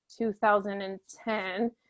2010